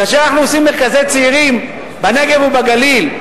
כאשר אנחנו עושים מרכזי צעירים בנגב ובגליל,